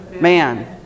Man